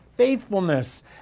Faithfulness